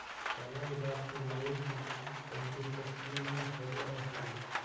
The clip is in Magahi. काला बाजार से लेइल सामान कभी विश्वसनीय न होवअ हई